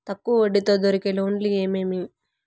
తక్కువ వడ్డీ తో దొరికే లోన్లు ఏమేమీ?